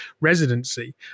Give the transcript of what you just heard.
residency